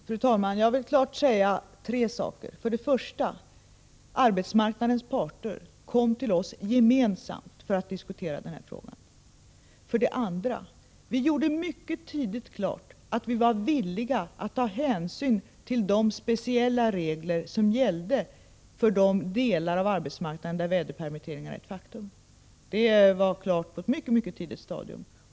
Fru talman! Jag vill klart framhålla tre saker: För det första: Arbetsmarknadens parter kom gemensamt till oss för att diskutera denna fråga. För det andra: Vi klargjorde mycket tydligt att vi var villiga att ta hänsyn till de speciella regler som gällde för de delar av arbetsmarknaden där väderpermitteringar är ett faktum. Detta var klart på ett mycket tidigt stadium.